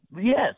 Yes